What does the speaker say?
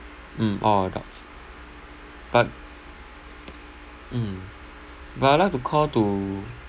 mm all adults but mm but I would like to call to